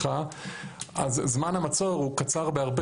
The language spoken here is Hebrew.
למעשה הם הגורם המקצועי שמנחה אותנו והגורם המקצועי שמאשר.